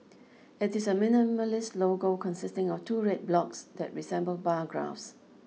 it is a minimalist logo consisting of two red blocks that resemble bar graphs